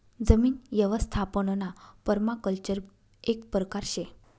जमीन यवस्थापनना पर्माकल्चर एक परकार शे